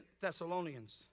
Thessalonians